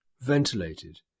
ventilated